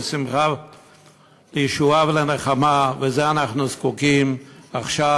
לישועה ולנחמה, לזה אנחנו זקוקים, עכשיו